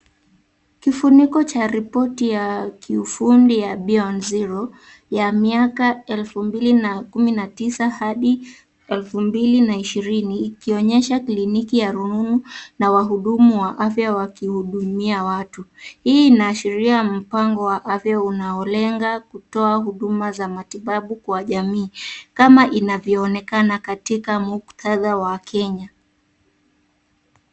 Kifuniko cha ripoti ya kiufundi ya Beyond Zero ya miaka elfu mbili na kumi na tisa hadi elfu mbili na ishirini, ikionyesha kliniki ya rununu na wahudumu wa afya wakihudumia watu. Hii inaashiria mpango wa afya unaolenga kutoa huduma za matibabu kwa jamii, kama inavyoonekana katika mukhtadha wa Kenya.